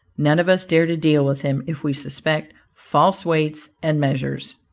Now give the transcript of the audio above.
none of us dare to deal with him if we suspect false weights and measures.